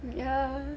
ya